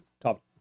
top